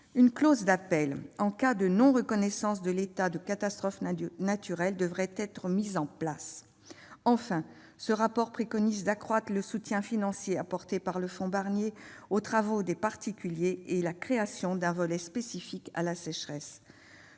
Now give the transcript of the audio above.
Une clause d'appel, en cas de non-reconnaissance de l'état de catastrophe naturelle, devrait être mise en place. Enfin, le rapport préconise d'accroître le soutien financier apporté par le fonds Barnier aux particuliers réalisant des travaux et de créer un volet spécifique à la sécheresse.